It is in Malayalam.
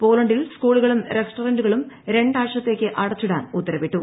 പോളണ്ടിൽ സ്കൂളുകളും റെസ്റ്റോറന്റുകളും രണ്ടാഴ്ചത്തേക്ക് അടച്ചിടാൻ ഉത്തരവിട്ടു